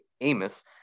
Amos